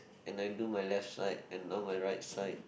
and I do my left side and now my right side